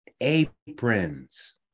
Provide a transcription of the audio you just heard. Aprons